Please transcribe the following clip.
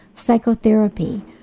Psychotherapy